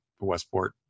westport